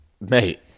Mate